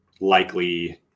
likely